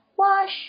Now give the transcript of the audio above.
Wash